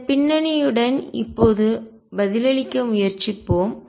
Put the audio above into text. இந்த பின்னணியுடன் இப்போது பதிலளிக்க முயற்சிப்போம்